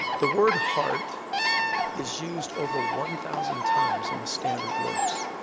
the word heart is used over one thousand times in the standard works.